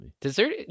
Dessert